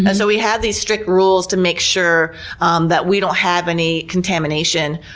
and so we have these strict rules to make sure and that we don't have any contamination,